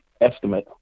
estimate